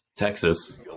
Texas